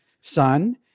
son